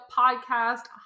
podcast